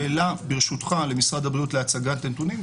שאלה ברשותך למשרד הבריאות להצגת נתונים,